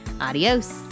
Adios